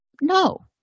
No